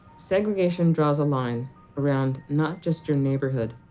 segregation draws a line around not just your neighborhood,